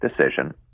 decision